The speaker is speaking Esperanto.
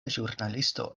ĵurnalisto